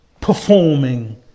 performing